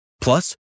Plus